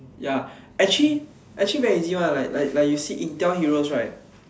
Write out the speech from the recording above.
ya actually actually very easy one like like you see intel heroes right